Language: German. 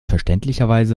verständlicherweise